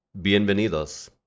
bienvenidos